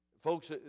Folks